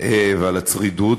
ועל הצרידות,